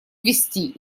ввести